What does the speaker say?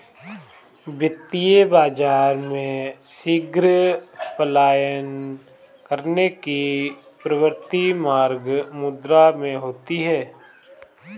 वित्तीय बाजार में शीघ्र पलायन करने की प्रवृत्ति गर्म मुद्रा में होती है